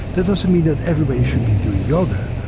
that doesn't mean that everybody should be doing yoga,